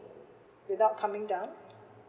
without coming down